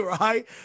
right